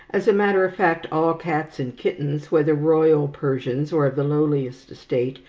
as a matter of fact, all cats and kittens, whether royal persians or of the lowliest estate,